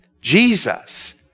Jesus